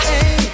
Hey